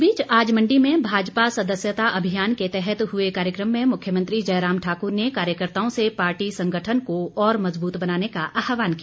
इस बीच आज मण्डी में भाजपा सदस्यता अभियान के तहत हुए कार्यक्रम में मुख्यमंत्री जयराम ठाक्र ने कार्यकर्ताओं से पार्टी संगठन को और मजबूत बनाने का आहवान किया